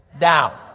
down